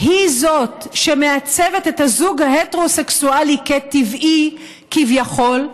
היא שמעצבת את הזוג ההטרוסקסואלי כטבעי כביכול,